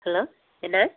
hello என்ன